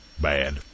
bad